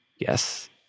Yes